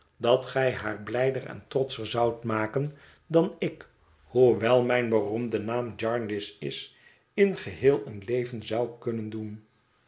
dat gij haar blijder en trotscher zoudt maken dan ik hoewel mijn beroemde naam jarndyce is in geheel een leven zou kunnen doen